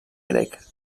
grec